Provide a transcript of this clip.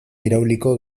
irauliko